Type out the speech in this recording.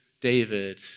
David